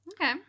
okay